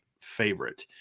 favorite